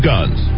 Guns